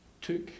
took